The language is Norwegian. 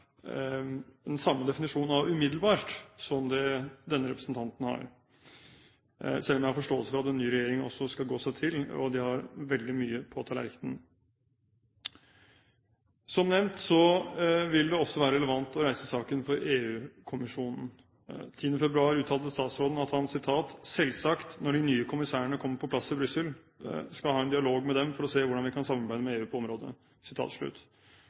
den samme definisjonen av «umiddelbart» som det denne representanten har, selv om jeg har forståelse for at en ny regjering også skal gå seg til, og de har veldig mye på tallerkenen. Som nevnt vil det også være relevant å reise saken for EU-kommisjonen. Den 10. februar uttalte statsråden: «Vi vil selvsagt, når de nye kommissærene nå kommer på plass i Brussel, ha en dialog med dem for å se hvordan vi eventuelt kan samarbeide med EU på dette området.»